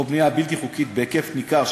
או בנייה בלתי חוקית בהיקף ניכר,